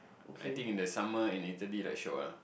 I think in the summer in Italy like shiok ah